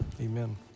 amen